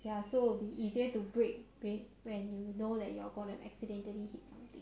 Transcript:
ya so it'll easier to brake when you know that you are going to accidentally hit something